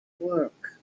work